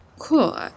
Cool